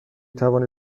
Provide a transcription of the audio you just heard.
توانید